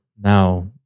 now